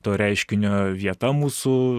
to reiškinio vieta mūsų